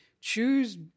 choose